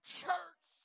church